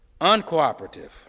uncooperative